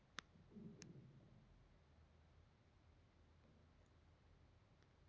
ಬೆಳಿಗೆ ಎಷ್ಟ ಬೇಕಷ್ಟ ನೇರಿನ ಪ್ರಮಾಣ ಕೊಟ್ಟ ಬೆಳಿ ಇಳುವರಿ ಹೆಚ್ಚಗಿ ಮಾಡುದು